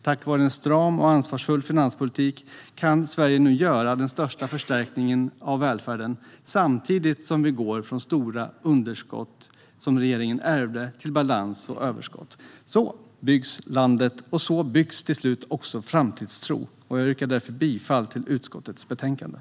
Tack vare en stram och ansvarsfull finanspolitik kan Sverige nu göra den största förstärkningen av välfärden samtidigt som vi går från stora underskott, som regeringen ärvde, till balans och överskott. Så byggs landet, och så byggs till slut också framtidstro. Jag yrkar därför bifall till utskottets förslag i betänkandet.